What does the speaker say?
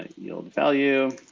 ah yield value,